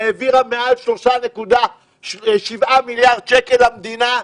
העבירה מעל 3.7 מיליארד שקל למדינה,